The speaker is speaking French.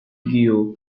guyot